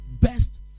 best